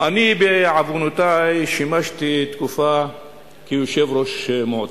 אני בעוונותי שימשתי תקופה כיושב-ראש מועצה.